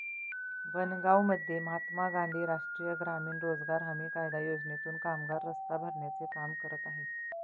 बनगावमध्ये महात्मा गांधी राष्ट्रीय ग्रामीण रोजगार हमी कायदा योजनेतून कामगार रस्ता भरण्याचे काम करत आहेत